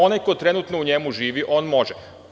Onaj ko trenutno u njemu živi on može.